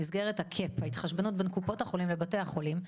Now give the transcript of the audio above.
במסגרת ה-cep ההתחשבנות בין קופות החולים לבתי החולים,